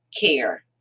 care